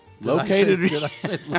located